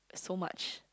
so much